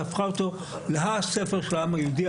והפכה אותו לספר של העם היהודי,